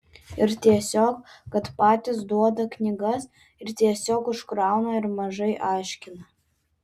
ir tiesiog kad patys duoda knygas ir tiesiog užkrauna ir mažai aiškina